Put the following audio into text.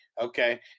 Okay